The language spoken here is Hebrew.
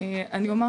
אני מורה